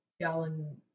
gallon